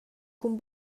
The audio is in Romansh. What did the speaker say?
cun